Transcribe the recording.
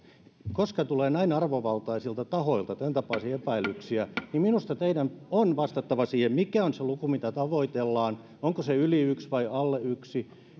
koska tulee näin arvovaltaisilta tahoilta tämäntapaisia epäilyksiä niin minusta teidän on vastattava siihen mikä on se luku mitä tavoitellaan onko se yli yksi vai alle yksi